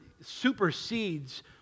supersedes